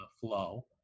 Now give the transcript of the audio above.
flow